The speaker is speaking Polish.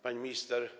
Pani Minister!